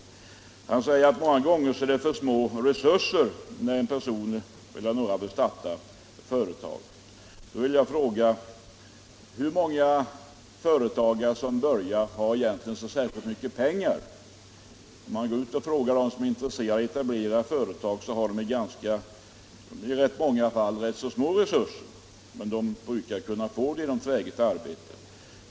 Han säger att det många gånger finns för små resurser när en person vill starta ett företag. Då vill jag fråga: Hur många företagare som börjar har egentligen så särskilt mycket pengar? Om man går ut och frågar dem som är intresserade av att etablera företag finner man att de i de flesta fall har ganska små resurser, men de brukar få bättre resurser genom träget arbete.